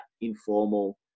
informal